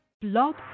Blog